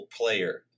player